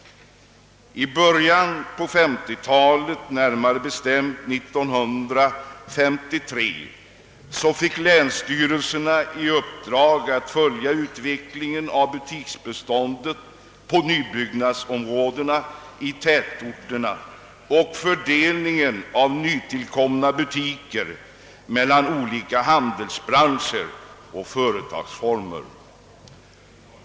I början av 1950-talet, närmare bestämt 1953, fick länsstyrelserna i uppdrag att följa utvecklingen av butiksbeståndet på de nybyggda områdena i tätorterna och fördelningen av nytillkomna butiker mellan olika handelsbranscher och företagsformer.